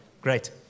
Great